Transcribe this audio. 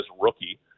rookie